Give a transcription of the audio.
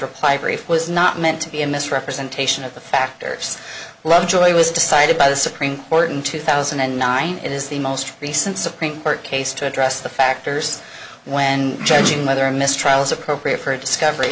reply brief was not meant to be a misrepresentation of the factors lovejoy was decided by the supreme court in two thousand and nine it is the most recent supreme court case to address the factors when judging whether a mistrial is appropriate for a discovery